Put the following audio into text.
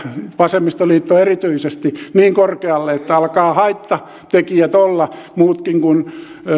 vasemmistoliitto erityisesti niin korkealle että alkaa haittatekijöitä olla ja muitakin kuin